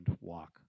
walk